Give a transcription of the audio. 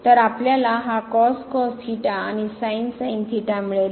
तर आपल्याला हा आणि मिळेल